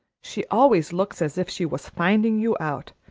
she always looks as if she was finding you out,